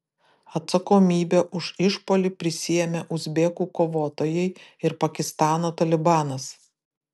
atsakomybę už išpuolį prisiėmė uzbekų kovotojai ir pakistano talibanas